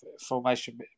formation